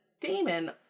Damon